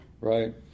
right